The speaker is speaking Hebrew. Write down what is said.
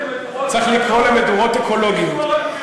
צריך לקרוא למדורות אקולוגיות.